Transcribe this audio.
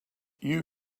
you